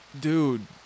dude